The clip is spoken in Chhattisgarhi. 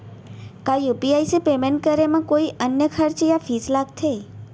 का यू.पी.आई से पेमेंट करे म कोई अन्य चार्ज या फीस लागथे?